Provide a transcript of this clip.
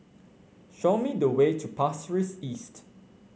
show me the way to Pasir Ris East